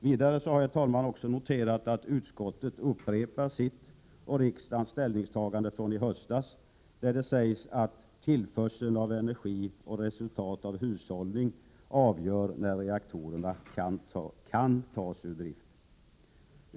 Vidare har jag, herr talman, också noterat att utskottet upprepar sitt och riksdagens ställningstagande från i höstas, där det sägs att tillförsel av energi och resultat av hushållning avgör när reaktorerna kan tas ur drift.